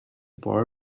boy